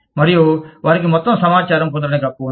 మరియు వారికి మొత్తం సమాచారం పొందడానికి హక్కు ఉంది